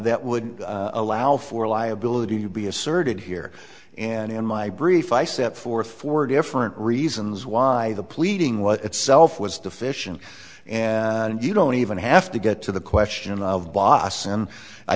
that would allow for liability to be asserted here and in my brief i set forth for different reasons why the pleading what itself was deficient and you don't even have to get to the question of bos